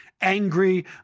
angry